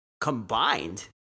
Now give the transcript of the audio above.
Combined